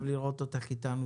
טוב לראות אותך איתנו.